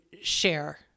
share